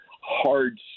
hard